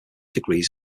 degrees